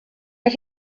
but